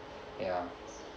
ya